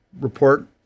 report